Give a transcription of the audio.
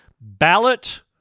Ballot